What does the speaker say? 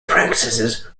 practices